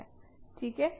ठीक है